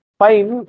fine